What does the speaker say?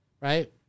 right